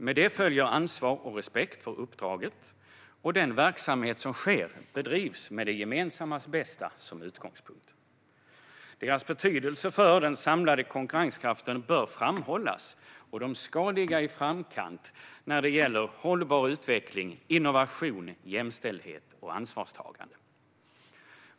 Med detta följer ansvar och respekt för uppdraget, och den verksamhet som sker bedrivs med det gemensammas bästa som utgångspunkt. Deras betydelse för den samlade konkurrenskraften bör framhållas, och de ska ligga i framkant när det gäller hållbar utveckling, innovation, jämställdhet och ansvarstagande.